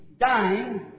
dying